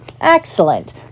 Excellent